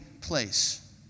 place